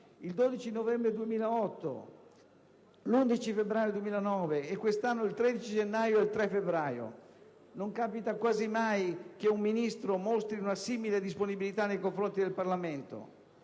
il 12 novembre 2008, l'11 febbraio 2009 e, quest'anno, il 13 gennaio ed il 3 febbraio. Non capita quasi mai che un Ministro mostri una simile disponibilità nei confronti del Parlamento,